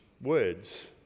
words